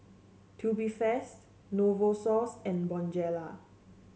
Tubifast Novosource and Bonjela